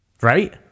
Right